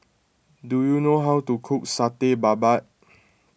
do you know how to cook Satay Babat